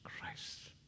Christ